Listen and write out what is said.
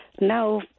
Now